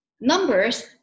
numbers